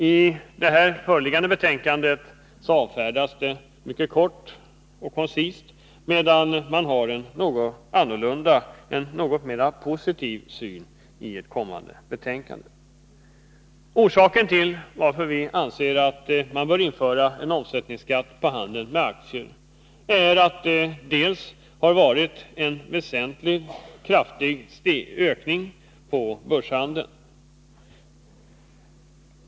I det föreliggande betänkandet avfärdas vårt förslag mycket kort och koncist, medan man redovisar en annorlunda och något mera positiv syn i det kommande betänkandet. Orsaken till att vi anser att man bör införa omsättningsskatt på handeln med aktier är bl.a. att det varit en mycket kraftig ökning av börshandeln.